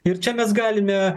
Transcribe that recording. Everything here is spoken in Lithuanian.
ir čia mes galime